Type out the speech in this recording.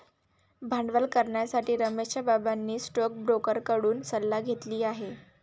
भांडवल करण्यासाठी रमेशच्या बाबांनी स्टोकब्रोकर कडून सल्ला घेतली आहे